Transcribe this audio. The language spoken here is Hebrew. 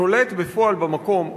שולט בפועל במקום,